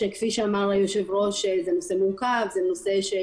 אנא הסבירי את הפער בין הנתונים שאם מעבירים לבין הנתונים שהשב"כ